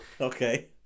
okay